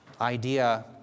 idea